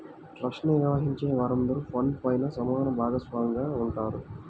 trust ని నిర్వహించే వారందరూ ఫండ్ పైన సమాన భాగస్వామిగానే ఉంటారు